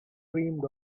dreamed